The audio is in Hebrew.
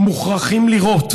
מוכרחים לירות,